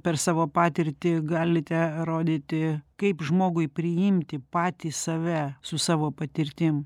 per savo patirtį galite rodyti kaip žmogui priimti patį save su savo patirtim